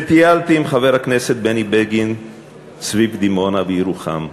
טיילתי עם חבר הכנסת בני בגין סביב דימונה וירוחם,